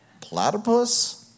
Platypus